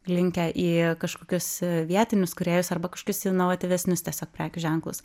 linkę į kažkokius vietinius kūrėjus arba kažkas inovatyvesnius tiesiog prekių ženklus